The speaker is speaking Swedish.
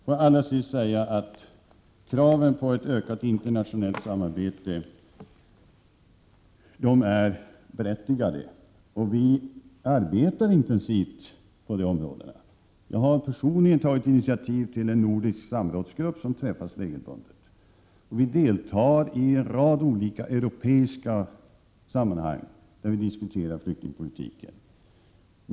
Får jag allra sist säga att kraven på ett ökat internationellt samarbete är berättigade, och vi arbetar intensivt på de områdena. Jag har personligen tagit initiativ till en nordisk samrådsgrupp som träffas regelbundet. Vi deltar också i en rad europeiska sammanhang, där flyktingpolitiken diskuteras.